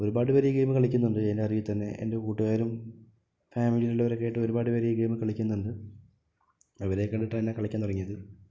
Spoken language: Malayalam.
ഒരുപാട് പേര് ഈ ഗെയിമ് കളിക്കുന്നുണ്ട് എൻററിവിൽ തന്നെ എൻറെ കൂട്ടുകാരും ഫാമിലിയിലുള്ളോരൊക്കെ ആയിട്ട് ഒരുപാട് പേര് ഈ ഗെയിമ് കളിക്കുന്നുണ്ട് അവരെ കണ്ടിട്ടെന്നെ കളിക്കാൻ തുടങ്ങിയത്